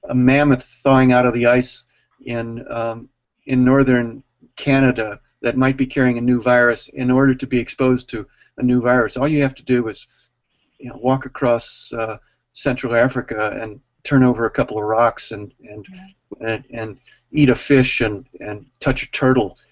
mammoth thawing out of the ice in in northern canada that might be carrying a new virus in order to be exposed to a new virus. all you have to do is walk across central africa and turn over a couple of rocks, and and and eat a fish, and and touch a turtle,